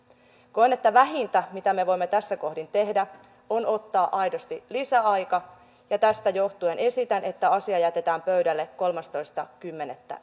koen että vähintä mitä me voimme tässä kohdin tehdä on ottaa aidosti lisäaika ja tästä johtuen esitän että asia jätetään pöydälle kolmastoista kymmenettä